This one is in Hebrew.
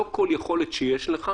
לא כל יכולת שיש לך